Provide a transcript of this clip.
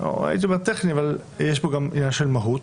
הייתי אומר טכני, אבל יש פה גם עניין של מהות.